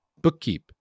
Bookkeep